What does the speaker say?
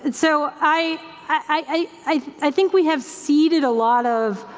and so i i think we have ceded a lot of